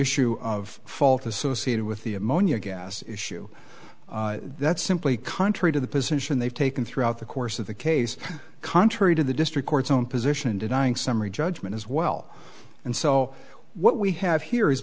issue of fault associated with the ammonia gas issue that simply contrary to the position they've taken throughout the course of the case contrary to the district court's own position in denying summary judgment as well and so what we have here is